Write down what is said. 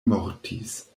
mortis